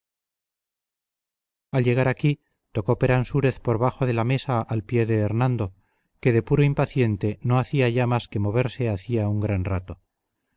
al llegar aquí tocó peransúrez por bajo de la mesa al pie de hernando que de puro impaciente no hacía ya más que moverse había un gran rato